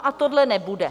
A tohle nebude.